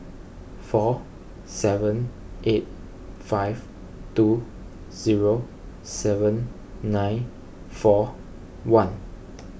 four seven eight five two zero seven nine four one